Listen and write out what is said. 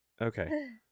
okay